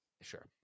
sure